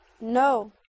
No